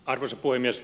arvoisa puhemies